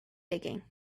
digging